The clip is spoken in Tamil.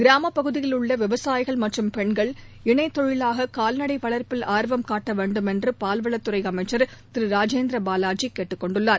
கிராமப் பகுதியில் உள்ள விவசாயிகள் மற்றும் பெண்கள் இணை தொழிவாக கால்நடை வளர்ப்பில் வேண்டும் என்று பால்வளத் துறை அமைச்ச் திரு ராஜேந்திர பாலாஜி ஆர்வம் காட்ட கேட்டுக்கொண்டுள்ளார்